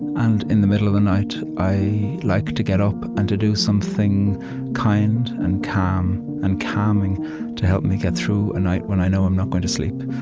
and in the middle of the night, i like to get up and to do something kind and calm and calming to help me get through a night when i know i'm not going to sleep.